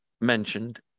mentioned